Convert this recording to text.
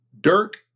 Dirk